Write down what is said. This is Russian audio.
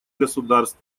государств